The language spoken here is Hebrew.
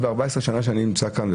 ב-14 שנים שאני נמצא כאן,